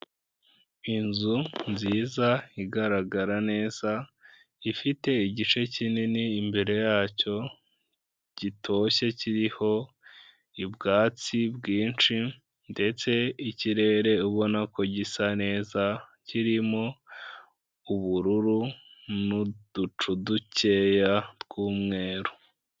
Inzu nziza igaragara neza, ifite igice kinini imbere yacyo gitoshye kiriho ubwatsi bwinshi ndetse ikirere ubona ko gisa neza, kirimo ubururu n'uducu dukeya tw'umweru.